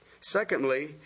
Secondly